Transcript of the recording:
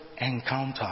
encounter